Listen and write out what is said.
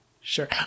sure